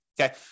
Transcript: okay